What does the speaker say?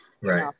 Right